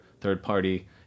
third-party